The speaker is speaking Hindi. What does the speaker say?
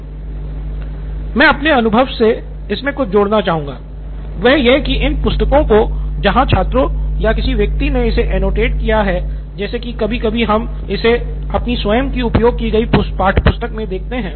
प्रोफेसर मैं अपने अनुभव से इसमे कुछ जोड़ना चाहूँगा वह यह है कि इन पुस्तकों को जहां छात्रों या किसी व्यक्ति ने इसे एनोटेट किया है जैसे कि कभी कभी हम इसे अपनी स्वयं की उपयोग की गई पाठ्यपुस्तक मे देखते हैं